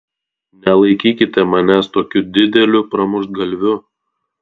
nelaikykite manęs tokiu dideliu pramuštgalviu